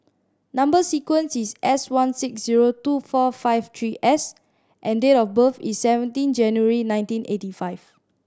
number sequence is S one six zero two four five three S and date of birth is seventeen January nineteen eighty five